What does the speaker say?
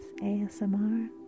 ASMR